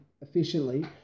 efficiently